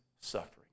suffering